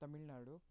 Tamil Nadu